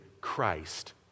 Christ